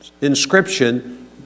inscription